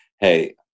Hey